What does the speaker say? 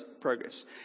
progress